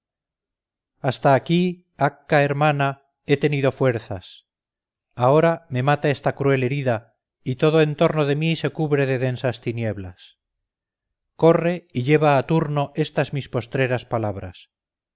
hasta aquí acca hermana he tenido fuerzas ahora me mata esta cruel herida y todo en torno de mi se cubre de densas tinieblas corre y lleva a turno estas mis postreras palabras